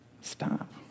stop